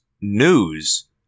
news